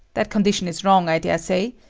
that condition is wrong, i dare say.